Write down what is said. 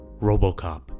RoboCop